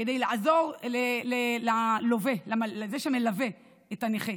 כדי לעזור לזה שמלווה את הנכה.